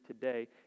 today